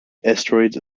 asteroids